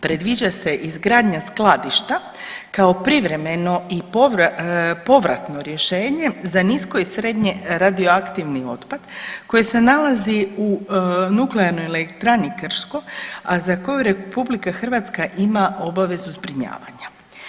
Predviđa se izgradnja skladišta kao privremeni i povratno rješenje za nisko i srednje radioaktivni otpad koji se nalazi u Nuklearnoj elektrani Krško, a za koju RH ima obavezu zbrinjavanja.